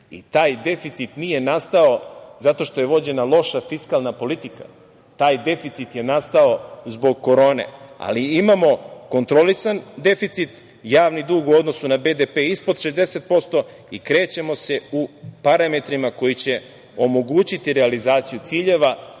i taj deficit nije nastao zato što je vođena loša fiskalna politika. Taj deficit je nastao zbog korone, ali imamo kontrolisan deficit, javni dug u odnosu na BDP ispod 60% i krećemo se u parametrima koji će omogućiti realizaciju ciljeva.